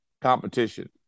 competition